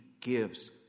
gives